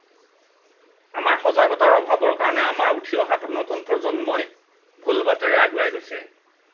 আমাৰ সজাগতাৰ অভাৱৰ কাৰণেই আমাৰ উঠি অহা নতুন প্ৰজন্মই ভুল বাটেৰে আগুৱাই গৈছে